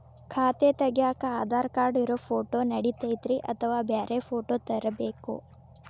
ಖಾತೆ ತಗ್ಯಾಕ್ ಆಧಾರ್ ಕಾರ್ಡ್ ಇರೋ ಫೋಟೋ ನಡಿತೈತ್ರಿ ಅಥವಾ ಬ್ಯಾರೆ ಫೋಟೋ ತರಬೇಕೋ?